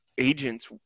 agents